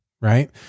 right